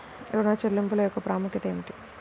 ఋణ చెల్లింపుల యొక్క ప్రాముఖ్యత ఏమిటీ?